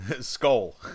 Skull